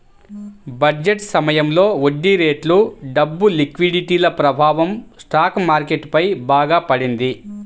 budget సమయంలో వడ్డీరేట్లు, డబ్బు లిక్విడిటీల ప్రభావం స్టాక్ మార్కెట్ పై బాగా పడింది